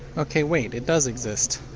ok wait, it does exist.